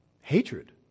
hatred